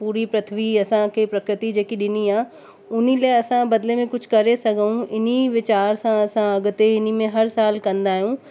पूरी पृथ्वी असांखे प्रकृति जेकी ॾिनी आहे उन लाइ असां बदिले में कुछ करे सघूं इन वीचार सां असां अॻिते इनमें हर साल कंदा आहियूं